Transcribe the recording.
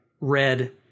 red